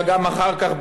אלא גם אחר כך,